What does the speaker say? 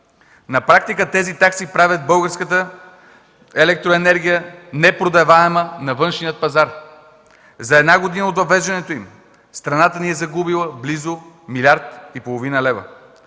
На практика тези такси правят българската електроенергия непродаваема на външния пазар. За една година от въвеждането им страната ни е загубила близо милиард и половина лева.